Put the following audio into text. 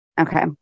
Okay